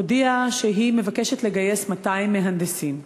הודיעה שהיא מבקשת לגייס 200 מהנדסים.